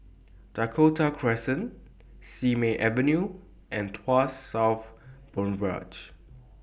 Dakota Crescent Simei Avenue and Tuas South Boulevard